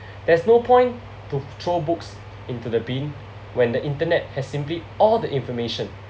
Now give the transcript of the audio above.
there's no point to throw books into the bin when the internet has simply all the information